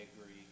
agree